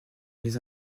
les